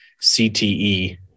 CTE